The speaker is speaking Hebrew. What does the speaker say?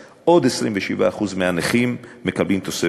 עוד 27% מהנכים מקבלים תוספת זו.